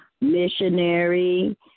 missionary